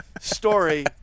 story